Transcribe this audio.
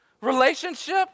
relationship